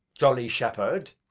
jolly shepherd?